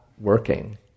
working